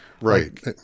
Right